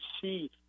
see